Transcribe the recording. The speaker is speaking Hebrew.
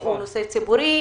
הוא נושא ציבורי,